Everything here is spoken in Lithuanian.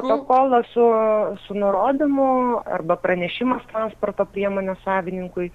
protokolas su su nurodymu arba pranešimas transporto priemonės savininkui